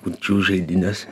kurčiųjų žaidynės